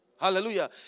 Hallelujah